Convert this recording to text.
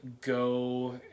go